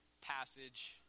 passage